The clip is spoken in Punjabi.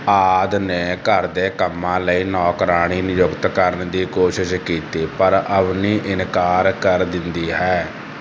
ਆਦਿ ਨੇ ਘਰ ਦੇ ਕੰਮਾਂ ਲਈ ਨੌਕਰਾਣੀ ਨਿਯੁਕਤ ਕਰਨ ਦੀ ਕੋਸ਼ਿਸ਼ ਕੀਤੀ ਪਰ ਅਵਨੀ ਇਨਕਾਰ ਕਰ ਦਿੰਦੀ ਹੈ